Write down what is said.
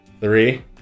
Three